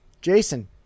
Jason